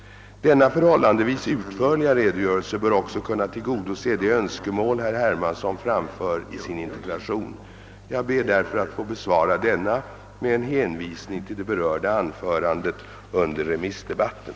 Denna förhållandevis utförliga redogörelse bör också kunna tillgodose de önskemål herr Hermans son framför i sin interpellation. Jag ber därför att få besvara denna med en hänvisning till det berörda anförandet under remissdebatten.